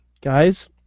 guys